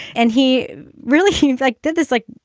and he really seems like did this like,